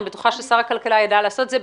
אני בטוחה ששר הכלכלה ידע לעשות את זה.